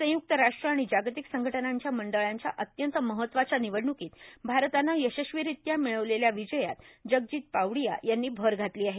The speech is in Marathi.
संयुक्त राष्ट्र आणि जागतिक संघटनांच्या मंडळांच्या अत्यंत महत्वाच्या निवडणुकीत भारतानं यशस्वीरित्या मिळविलेल्या विजयात जगजित पावडीया यांनी भर घातली आहे